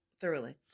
Thoroughly